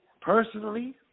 personally